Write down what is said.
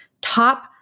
top